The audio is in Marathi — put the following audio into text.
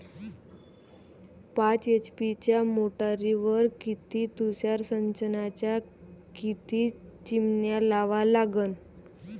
पाच एच.पी च्या मोटारीवर किती तुषार सिंचनाच्या किती चिमन्या लावा लागन?